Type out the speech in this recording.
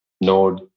node